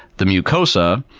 the mucosa,